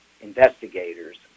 investigators